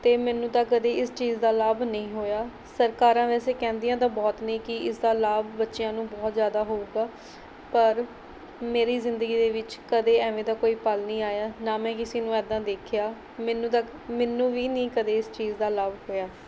ਅਤੇ ਮੈਨੂੰ ਤਾਂ ਕਦੀ ਇਸ ਚੀਜ਼ ਦਾ ਲਾਭ ਨਹੀਂ ਹੋਇਆ ਸਰਕਾਰਾਂ ਵੈਸੇ ਕਹਿੰਦੀਆਂ ਤਾਂ ਬਹੁਤ ਨੇ ਕਿ ਇਸ ਦਾ ਲਾਭ ਬੱਚਿਆਂ ਨੂੰ ਬਹੁਤ ਜ਼ਿਆਦਾ ਹੋਊਗਾ ਪਰ ਮੇਰੀ ਜ਼ਿੰਦਗੀ ਦੇ ਵਿੱਚ ਕਦੇ ਐਂਵੇ ਦਾ ਕੋਈ ਪਲ ਨਹੀਂ ਆਇਆ ਨਾ ਮੈਂ ਕਿਸੀ ਨੂੰ ਐਦਾਂ ਦੇਖਿਆ ਮੈਨੂੰ ਤਾਂ ਮੈਨੂੰ ਵੀ ਨਹੀਂ ਕਦੇ ਇਸ ਚੀਜ਼ ਦਾ ਲਾਭ ਹੋਇਆ